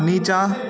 नीचाँ